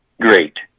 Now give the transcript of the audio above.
Great